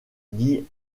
dit